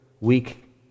weak